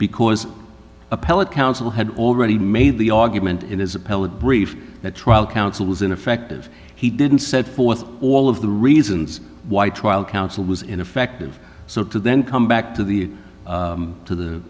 because appellate counsel had already made the argument in his appellate brief that trial counsel was ineffective he didn't set forth all of the reasons why trial counsel was ineffective so to then come back to the to the